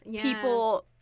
people